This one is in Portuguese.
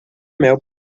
mel